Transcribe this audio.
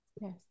Yes